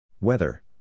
Weather